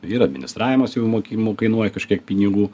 tai ir administravimas jau mokimu kainuoja kažkiek pinigų